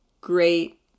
great